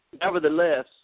nevertheless